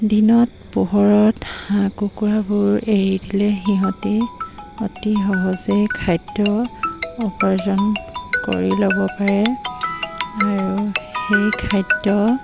দিনত পোহৰত হাঁহ কুকুৰাবোৰ এৰি দিলে সিহঁতে অতি সহজে খাদ্য উপাৰ্জন কৰি ল'ব পাৰে আৰু সেই খাদ্য